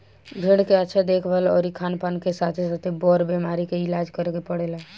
भेड़ के अच्छा देखभाल अउरी खानपान के साथे साथे, बर बीमारी के इलाज करे के पड़ेला